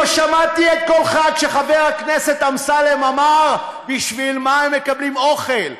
לא שמעתי את קולך כשחבר הכנסת אמסלם אמר: בשביל מה הם מקבלים אוכל?